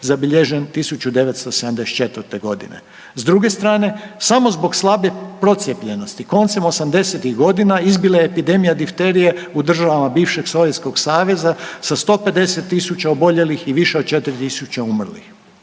zabilježen 1974. g. S druge strane, samo zbog slabije procijepljenosti, koncem 80-ih godina izbila je epidemija difterije u državama bivšeg Sovjetskog saveza sa 150 tisuća oboljelih i više od 4 tisuće umrlih.